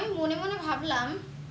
আমি মনে মনে ভাবলাম